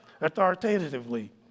authoritatively